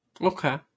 Okay